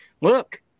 look